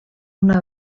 una